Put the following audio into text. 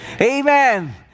Amen